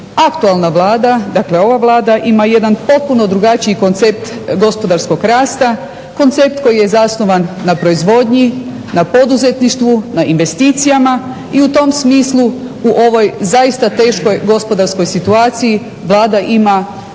Aktualna Vlada, dakle ova vlada ima jedan potpuno drugačiji koncept gospodarskog rasta, koncept koji je zasnovan na proizvodnji, na poduzetništvu, na investicijama i u tom smislu u ovoj zaista teškoj gospodarskoj situaciji Vlada ima